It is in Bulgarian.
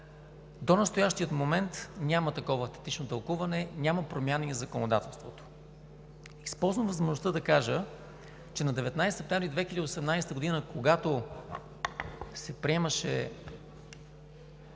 До настоящия момент няма такова автентично тълкуване, няма промяна и в законодателството. Използвам възможността да кажа, че на 19 септември 2018 г., когато се приемаше